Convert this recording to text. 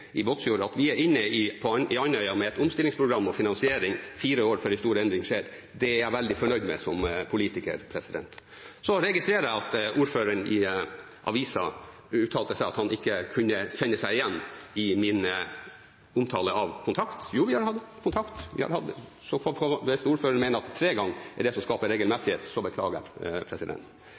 i Båtsfjord. At vi er inne på Andøya med et omstillingsprogram og finansiering fire år før en stor endring skjer, er jeg som politiker veldig fornøyd med. Så registrerer jeg at ordføreren uttalte til avisen at han ikke kunne kjenne seg igjen i min omtale av kontakt. Jo, vi har hatt kontakt, vi har hatt det, så hvis ordføreren mener at tre ganger er det som skaper regelmessighet, så beklager jeg.